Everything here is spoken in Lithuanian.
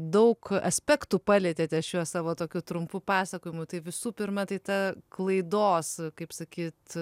daug aspektų palietėte šiuo savo tokiu trumpu pasakojimu tai visų pirma tai ta klaidos kaip sakyt